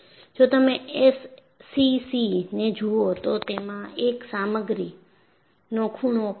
જો તમે SCC ને જુઓ તો તેમાં એક સામગ્રીનો ખૂણો પણ છે